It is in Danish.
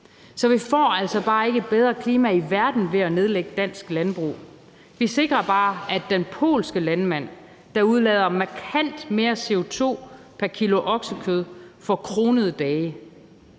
så vi får altså bare ikke et bedre klima i verden ved at nedlægge dansk landbrug. Vi sikrer bare, at den polske landmand, der udleder markant mere CO2 pr. kg oksekød, får kronede dage.